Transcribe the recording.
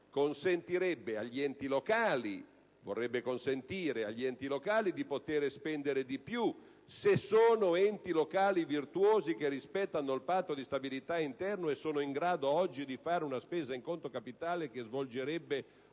consentire, agli enti locali di poter spendere di più se sono enti locali virtuosi che rispettano il Patto di stabilità interno e sono in grado oggi di sostenere una spesa in conto capitale, che svolgerebbe una positiva